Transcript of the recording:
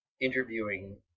interviewing